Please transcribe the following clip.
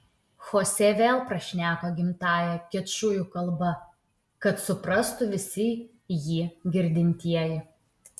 chosė vėl prašneko gimtąja kečujų kalba kad suprastų visi jį girdintieji